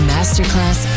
Masterclass